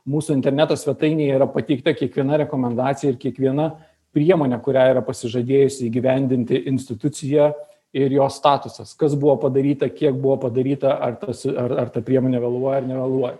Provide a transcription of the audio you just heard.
mūsų interneto svetainėj yra pateikta kiekviena rekomendacija ir kiekviena priemonė kurią yra pasižadėjusi įgyvendinti institucija ir jos statusas kas buvo padaryta kiek buvo padaryta ar tas ar ar ta priemonė vėluoja ar nevėluoja